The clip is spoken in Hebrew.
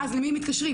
ואז למי מתקשרים?